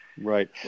Right